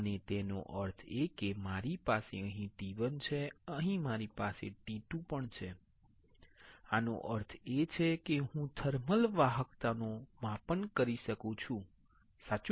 અને તેનો અર્થ એ કે મારી પાસે અહીં T1 છે મારી પાસે અહીં T2 છે આનો અર્થ છે કે હું થર્મલ વાહકતાને માપી શકું છું સાચું